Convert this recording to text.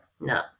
no